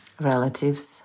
relatives